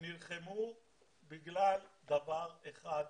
נלחמו בגלל דבר אחד ספציפי: